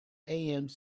amc